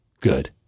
Good